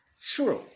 true